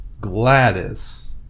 Gladys